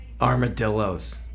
Armadillos